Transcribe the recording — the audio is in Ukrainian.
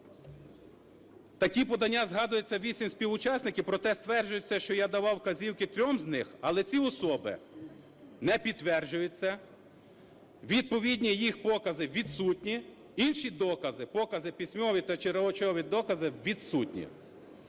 Такі подання, згадуються вісім співучасників, проте стверджується, що я давав вказівки трьом з них. Але ці особи не підтверджують це, відповідно їх покази відсутні. Інші докази, покази письмові та речові докази відсутні.